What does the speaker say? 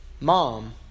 mom